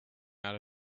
out